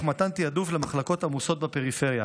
מתן תיעדוף למחלקות עמוסות בפריפריה.